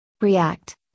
React